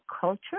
culture